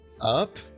Up